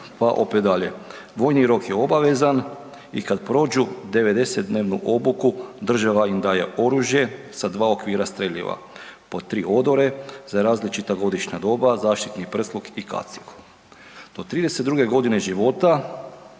pa opet dalje „Vojni rok je obavezan i kada prođu 90 dnevnu obuku država im daje oružje sa dva okvira streljiva, po tri odore za različita godišnja doba, zaštitni prsluk i kacigu“. Do 32. godine života,